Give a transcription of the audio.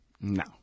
No